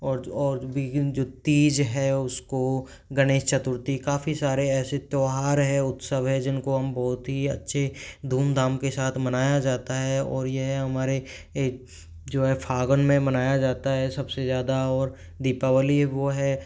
और विभिन्न जो तीज है उसको गणेश चतुर्थी काफ़ी सारे ऐसे त्योहार है उत्सव है जिनको हम बहुत ही अच्छे धूम धाम के साथ मनाया जाता है और यह हमारे एक जो है फागुन में मनाया जाता है सबसे ज़्यादा और दीपावली वह है